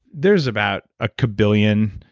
there's about a ka-billion